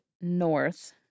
north